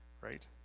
right